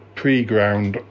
pre-ground